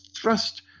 thrust